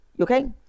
Okay